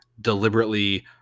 deliberately